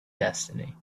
destiny